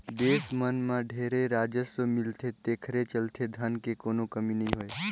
देस मन मं ढेरे राजस्व मिलथे तेखरे चलते धन के कोनो कमी नइ होय